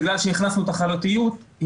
בגלל שהכנסנו תחרותיות,